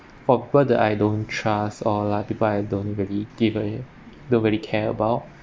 for people that I don't trust or people I don't really give a hit nobody care about